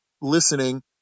listening